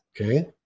Okay